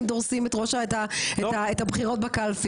אתם דורסים את הבחירות בקלפי.